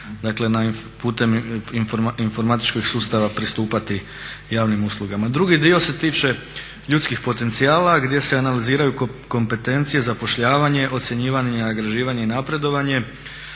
dakle putem informatičkog sustava pristupati javnim uslugama. Drugi dio se tiče ljudskih potencijala gdje se analiziraju kompetencije, zapošljavanje, ocjenjivanje, nagrađivanje i napredovanje,